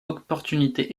opportunités